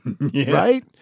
right